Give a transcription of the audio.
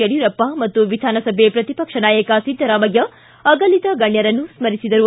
ಯಡಿಯೂರಪ್ಪ ಮತ್ತು ವಿಧಾನಸಭೆ ಪ್ರತಿಪಕ್ಷ ನಾಯಕ ಸಿದ್ದರಾಮಯ್ನ ಅಗಲಿದ ಗಣ್ಣರನ್ನು ಸ್ಪರಿಸಿದರು